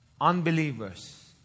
Unbelievers